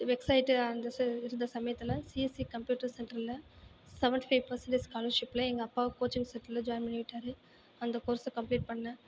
வெக்ஸ் ஆகிட்டு அந்த ச இருந்த சமயத்தில் சிஎஸ்சி கம்ப்யூட்டர் சென்டரில் செவன்ட்டி ஃபைவ் பர்சண்டேஜ் ஸ்காலர்ஷிப்பில் எங்கள் அப்பா கோச்சிங் சென்டரில் ஜாயின் பண்ணி விட்டார் அந்த கோர்ஸை கம்ப்ளீட் பண்ணேன்